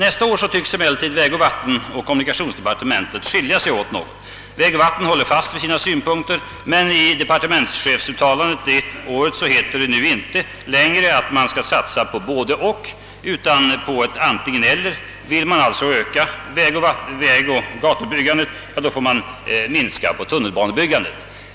Nästa år tycks emellertid vägoch vat tenbyggnadsstyrelsens och kommunikationsdepartementets synpunkter skilja sig något från varandra. Vägoch vattenbyggnadsstyrelsen står fast vid sina synpunkter, men i departementschefsuttalandet detta år heter det inte längre att man bör satsa på både-och, utan på antingen—eller. Vill man öka vägoch gatubyggandet får man minska tunnelbanebyggandet.